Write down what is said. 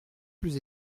plus